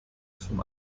vom